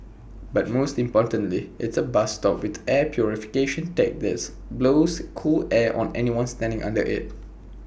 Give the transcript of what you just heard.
but most importantly it's A bus stop with air purification tech this blows cool air on anyone standing under IT